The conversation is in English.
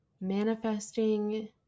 manifesting